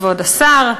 כבוד השר,